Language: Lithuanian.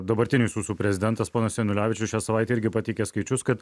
dabartinis jūsų prezidentas ponas janulevičius šią savaitę irgi pateikė skaičius kad